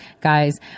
guys